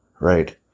right